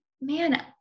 Man